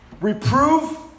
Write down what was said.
reprove